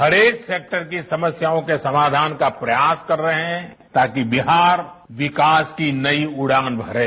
हर एक सेक्टर की समस्याओं का प्रयास कर रहे हैं ताकि बिहार विकास की नई उडान भरे